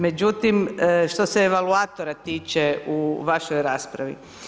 Međutim, što se evaluatora tiče u vašoj raspravi.